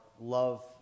love